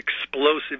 explosive